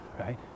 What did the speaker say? right